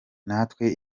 natwe